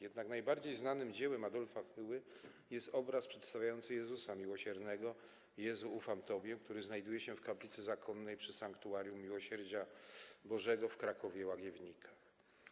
Jednak najbardziej znanym dziełem Adolfa Hyły jest obraz przedstawiający Jezusa Miłosiernego „Jezu, ufam Tobie”, który znajduje się w kaplicy zakonnej przy Sanktuarium Bożego Miłosierdzia w Krakowie-Łagiewnikach.